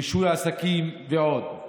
רישוי העסקים ועוד.